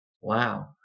Wow